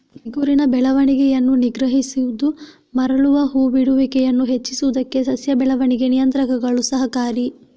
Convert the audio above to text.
ಚಿಗುರಿನ ಬೆಳವಣಿಗೆಯನ್ನು ನಿಗ್ರಹಿಸುವುದು ಮರಳುವ ಹೂ ಬಿಡುವಿಕೆಯನ್ನು ಹೆಚ್ಚಿಸುವುದಕ್ಕೆ ಸಸ್ಯ ಬೆಳವಣಿಗೆ ನಿಯಂತ್ರಕಗಳು ಸಹಕಾರಿ